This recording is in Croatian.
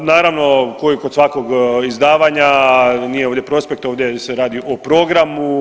Naravno kao i kod svakog izdavanja nije ovdje prospekt, ovdje se radi o programu.